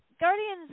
Guardians